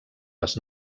les